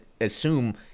assume